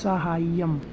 साहाय्यम्